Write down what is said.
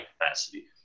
capacity